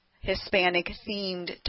Hispanic-themed